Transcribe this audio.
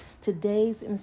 Today's